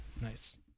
Nice